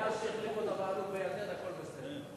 ההצעה להעביר את הנושא